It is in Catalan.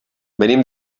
venim